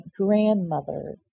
grandmother